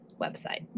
website